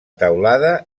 teulada